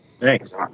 Thanks